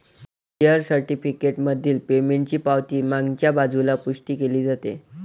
share certificate मधील पेमेंटची पावती मागच्या बाजूला पुष्टी केली जाते